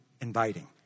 inviting